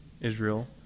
Israel